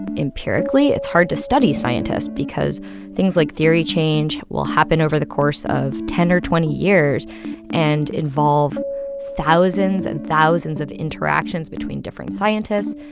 empirically, it's hard to study scientists because things like theory change will happen over the course of ten or twenty years and involve thousands and thousands of interactions between different scientists.